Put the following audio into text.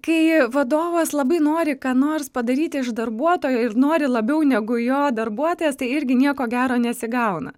kai vadovas labai nori ką nors padaryti iš darbuotojo ir nori labiau negu jo darbuotojas tai irgi nieko gero nesigauna